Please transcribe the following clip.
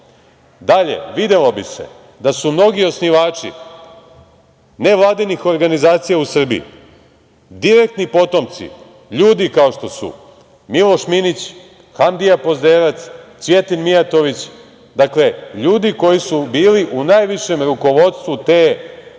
KOS–om. Dalje, videlo bi se da su mnogi osnivači nevladinih organizacija u Srbiji direktni potomci ljudi kao što su Miloš Minić, Hamdija Pozderac, Cvijetin Mijatović, dakle, ljudi koji su bili u najvišem rukovodstvu te